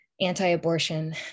anti-abortion